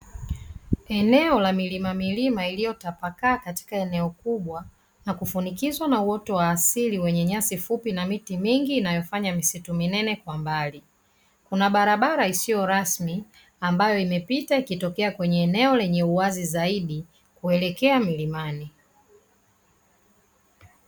Eneo la milimamilima iliyotapakaa katika eneo kubwa na kufunikizwa na uoto wa asili wenye nyasi fupi na miti mingi inayofanya misitu minene kwa mbali, kuna barabara isiyo rasmi ambayo imepita ikitokea kwenye eneo lenye uwazi zaidi kuelekea milimani.